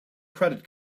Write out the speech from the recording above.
credit